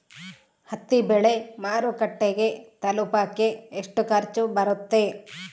ಹತ್ತಿ ಬೆಳೆ ಮಾರುಕಟ್ಟೆಗೆ ತಲುಪಕೆ ಎಷ್ಟು ಖರ್ಚು ಬರುತ್ತೆ?